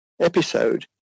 episode